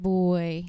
Boy